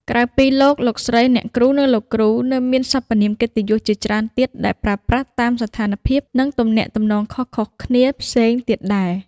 ក្រៅពី លោក លោកស្រី អ្នកគ្រូ និង លោកគ្រូ នៅមានសព្វនាមកិត្តិយសជាច្រើនទៀតដែលប្រើប្រាស់តាមស្ថានភាព និងទំនាក់ទំនងខុសៗគ្នាផ្សេងទៀតដែរ។